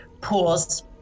Pools